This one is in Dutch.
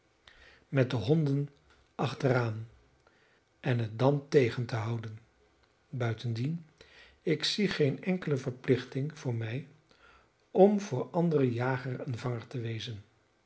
met de honden achteraan en het dan tegen te houden buitendien ik zie geene enkele verplichting voor mij om voor anderen jager en vanger te wezen